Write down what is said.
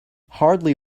hardly